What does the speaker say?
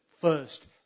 first